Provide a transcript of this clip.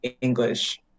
English